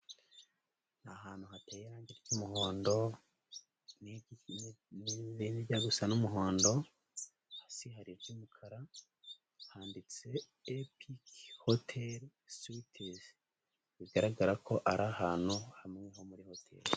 Ni ahantu hateye irangi ry'umuhondo, n'irindi rijya gusa n'umuhondo, hasi hari iry'umukara, handitse epike hotel switisi, bigaragara ko ari ahantu hamwe ho muri hoteli.